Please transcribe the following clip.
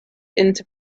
into